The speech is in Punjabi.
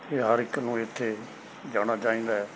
ਇਹ ਹਰ ਇੱਕ ਨੂੰ ਇੱਥੇ ਜਾਣਾ ਚਾਹੀਦਾ ਹੈ